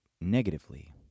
negatively